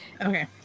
Okay